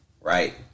Right